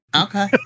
Okay